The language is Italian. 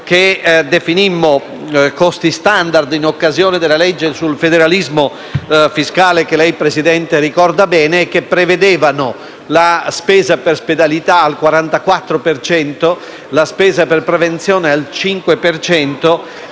che definimmo costi *standard* in occasione della legge sul federalismo fiscale, che lei Presidente ricorda bene e che prevedevano la spesa per spedalità al 44 per cento, la spesa per prevenzione al 5